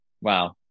Wow